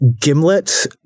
Gimlet